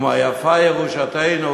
"ומה יפה ירושתנו"